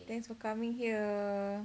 thanks for coming here